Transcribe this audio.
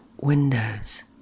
windows